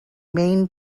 main